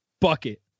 bucket